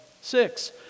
Six